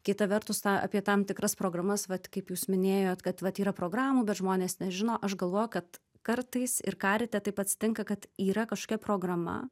kita vertus tą apie tam tikras programas vat kaip jūs minėjot kad vat yra programų bet žmonės nežino aš galvoju kad kartais ir karite taip atsitinka kad yra kažkokia programa